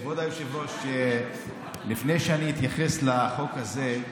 כבוד היושב-ראש, לפני שאני אתייחס לחוק הזה,